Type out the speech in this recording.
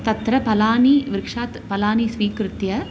तत्र फलानि वृक्षात् फलानि स्वीकृत्य